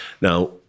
Now